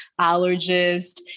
allergist